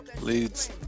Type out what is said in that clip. Leads